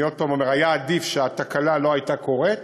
אני שוב אומר, היה עדיף שהתקלה לא הייתה קורית,